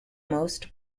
most